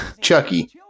Chucky